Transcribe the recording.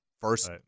first